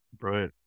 Right